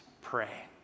pray